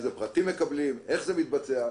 מהם הפרטים שמקבלים, איך זה מתבצע,